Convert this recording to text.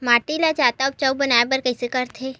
माटी ला जादा उपजाऊ बनाय बर कइसे करथे?